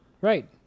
Right